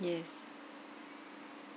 yes